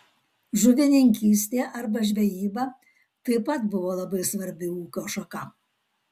žuvininkystė arba žvejyba taip pat buvo labai svarbi ūkio šaka